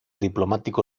diplomático